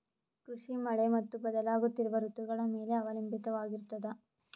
ಕೃಷಿ ಮಳೆ ಮತ್ತು ಬದಲಾಗುತ್ತಿರುವ ಋತುಗಳ ಮೇಲೆ ಅವಲಂಬಿತವಾಗಿರತದ